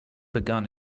begun